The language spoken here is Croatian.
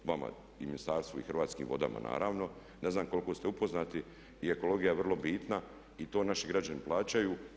Vama i ministarstvu i Hrvatskim vodama naravno, ne znam koliko ste upoznati i ekologija je vrlo bitna i to naši građani plaćaju.